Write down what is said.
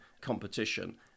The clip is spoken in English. competition